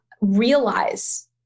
realize